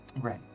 Right